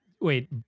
wait